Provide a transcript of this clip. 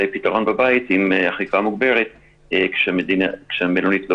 ופתרון בבית עם אכיפה מוגברת כשהמלונית לא